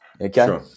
okay